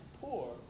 poor